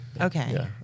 Okay